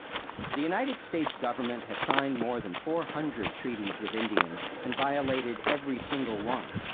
the united states government had signed more than four hundred treaties with indians and violated every single one.